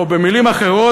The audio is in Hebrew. במילים אחרות,